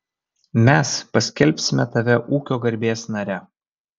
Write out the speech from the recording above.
mes paskelbsime tave ūkio garbės nare